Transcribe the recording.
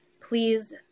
Please